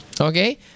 okay